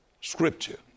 scripture